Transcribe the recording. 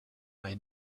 may